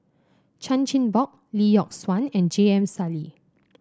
Chan Chin Bock Lee Yock Suan and J M Sali